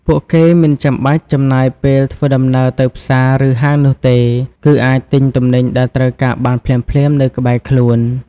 ពួកគេមិនចាំបាច់ចំណាយពេលធ្វើដំណើរទៅផ្សារ ឬហាងនោះទេ គឺអាចទិញទំនិញដែលត្រូវការបានភ្លាមៗនៅក្បែរខ្លួន។